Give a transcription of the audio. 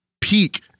peak